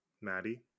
Maddie